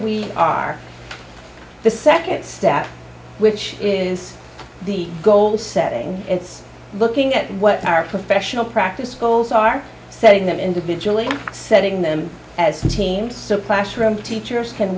we are the second step which is the goal setting it's looking at what our professional practice schools are setting them individually and setting them as a team so classroom teachers can